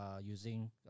using